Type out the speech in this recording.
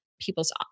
people's